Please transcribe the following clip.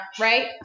right